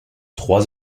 trois